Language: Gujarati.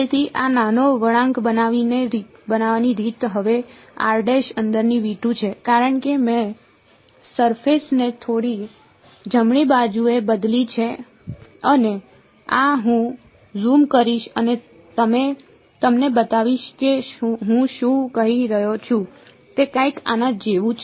તેથી આ નાનો વળાંક બનાવવાની રીત હવે અંદરની છે કારણ કે મેં સરફેસ ને થોડી જમણી બાજુએ બદલી છે અને આ હું ઝૂમ કરીશ અને તમને બતાવીશ કે હું શું કરી રહ્યો છું તે કંઈક આના જેવું છે